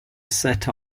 set